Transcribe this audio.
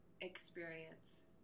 experience